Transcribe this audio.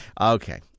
Okay